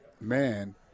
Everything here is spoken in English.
man